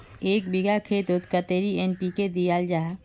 एक बिगहा खेतोत कतेरी एन.पी.के दियाल जहा?